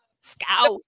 Scout